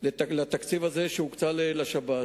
לתקציב שהוקצה למזון לשב"ס.